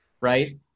right